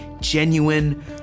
genuine